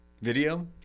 video